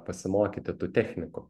pasimokyti tų technikų